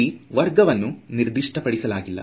ಇಲ್ಲಿ ವರ್ಗವನ್ನು ನಿರ್ದಿಷ್ಟಪಡಿಸಲಾಗಿಲ್ಲ